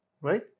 right